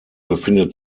befindet